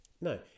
no